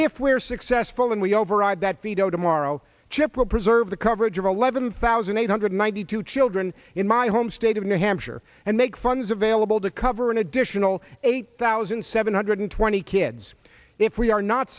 if we're successful and we override that veto tomorrow chip will preserve the coverage of eleven thousand eight hundred ninety two children in my home state of new hampshire and make funds available to cover an additional eight thousand seven hundred twenty kids if we are not